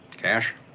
cash?